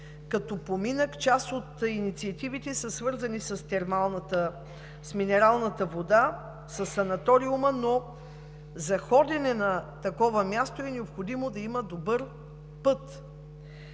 Като поминък част от инициативите на община Баните са свързани с минералната вода, със санаториума, но за ходене на такова място е необходимо да има добър път.